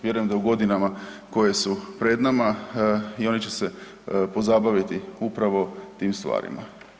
Vjerujem da u godinama koje su pred nama i oni će se pozabaviti upravo tim stvarima.